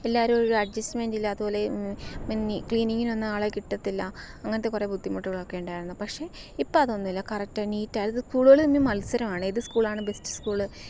എല്ലാവരും ഒരു അഡ്ജസ്റ്റ്മെന്റില്ല അതുപോലെ പിന്നെ ക്ലീനിങ്ങിനൊന്നും ആളെ കിട്ടത്തില്ല അങ്ങനത്തെ കുറേ ബുദ്ധിമുട്ടുകളൊക്കെ ഉണ്ടായിരുന്നു പക്ഷെ ഇപ്പോള് അതൊന്നുമില്ല കറക്റ്റ് നീറ്റായത് സ്കൂളുകള് തമ്മില് മത്സരമാണ് ഏത് സ്കൂളാണ് ബെസ്റ്റ് സ്കൂള്